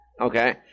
Okay